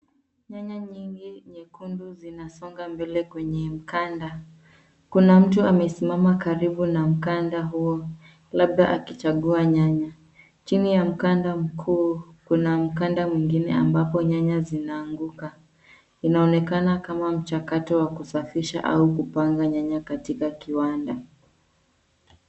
Nyanya nyingi nyekundu zinasonga mbele kwenye mkanda. Kuna mtu amesimama karibu na mkanda huo, labda akichagua nyanya. Chini ya mkanda mkuu, kuna mkanda mwingine ambapo nyanya zinaanguka. Inaonekana kama mchakato wa kusafisha au kupanga nyanya katika kiwanda.